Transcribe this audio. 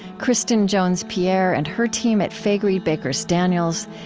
kristin jones pierre and her team at faegre baker daniels.